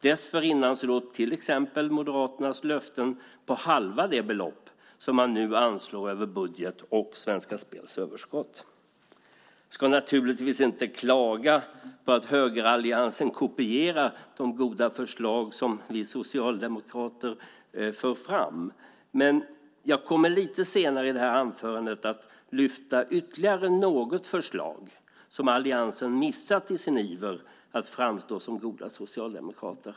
Dessförinnan låg till exempel Moderaternas löften på halva det belopp som man nu anslår över budget och Svenska Spels överskott. Jag ska naturligtvis inte klaga på att högeralliansen kopierar de goda förslag som vi socialdemokrater för fram, men jag kommer lite senare i anförandet att lyfta fram ytterligare något förslag som alliansen missat i sin iver att framstå som goda socialdemokrater.